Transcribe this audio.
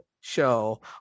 show